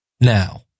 now